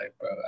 bro